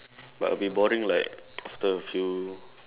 but it will be boring like after a few